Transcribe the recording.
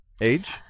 age